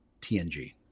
tng